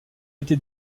été